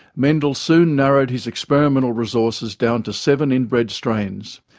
mendel soon narrowed his experimental resources down to seven inbred strains,